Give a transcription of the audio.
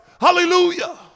Hallelujah